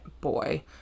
boy